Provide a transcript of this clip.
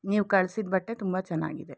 ನೀವು ಕಳ್ಸಿದ ಬಟ್ಟೆ ತುಂಬ ಚೆನ್ನಾಗಿದೆ